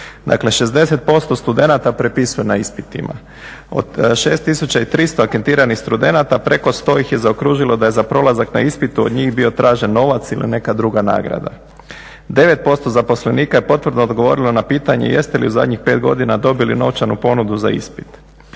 Dakle 60% studenata prepisuje na ispitima. Od 6300 anketiranih studenata preko 100 ih je zaokružilo da je za prolazak na ispitu od njih bio tražen novac ili neka druga nagrada. 9% zaposlenika je potvrdno odgovorilo na pitanje jeste li u zadnjih 5 godina dobili novčanu ponudu za ispit.